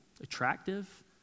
attractive